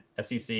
SEC